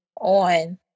on